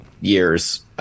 years